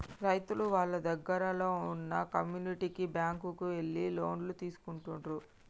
రైతులు వాళ్ళ దగ్గరల్లో వున్న కమ్యూనిటీ బ్యాంక్ కు ఎళ్లి లోన్లు తీసుకుంటుండ్రు